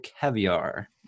caviar